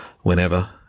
Whenever